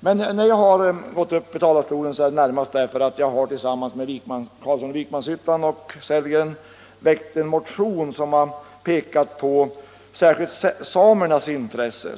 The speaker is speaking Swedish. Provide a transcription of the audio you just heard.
Men jag har gått upp i talarstolen närmast därför att jag tillsammans med herr Carlsson i Vikmanshyttan och herr Sellgren väckt en motion som gäller särskilt samernas intressen.